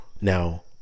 Now